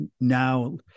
now